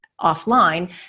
offline